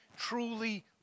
truly